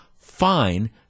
Fine